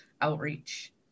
outreach